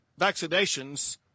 vaccinations